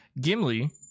Gimli